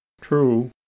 TRUE